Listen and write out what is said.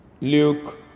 Luke